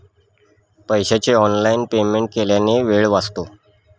पैशाचे online payment केल्याने वेळ वाचतो